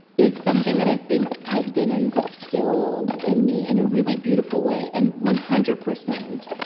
is something that i think has been instilled in me in a really beautiful way, and one hundred percent,